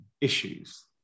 issues